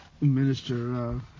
minister